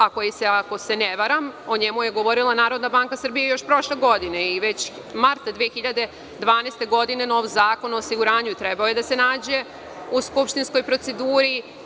Ako se ne varam, o njemu je govorila Narodna banka Srbije još prošle godine i već marta 2012. godine nov zakon o osiguranju je trebao da se nađe u skupštinskoj proceduri.